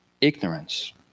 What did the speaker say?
ignorance